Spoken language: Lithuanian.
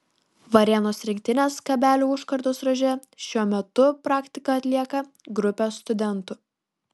varėnos rinktinės kabelių užkardos ruože šiuo metu praktiką atlieka grupė studentų